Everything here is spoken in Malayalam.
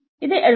ഇത് എളുപ്പമാണ്